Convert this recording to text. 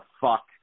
fuck